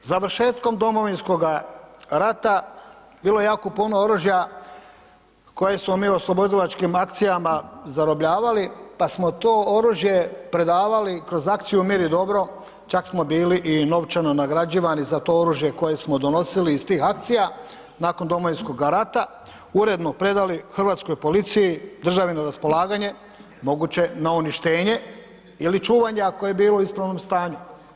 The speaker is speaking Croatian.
Završetkom Domovinskoga rata bilo je jako puno oružja koje smo mi u oslobodilačkim akcijama zarobljavali pa smo to oružje predavali kroz akciju mir i dobro, čak smo bili i novčano nagrađivani za to oružje koje smo donosili iz tih akcija nakon Domovinskoga rata uredno predali Hrvatskoj policiji, državi na raspolaganje, moguće na uništenje ili čuvanje ako je bilo u ispravnom stanju.